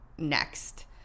next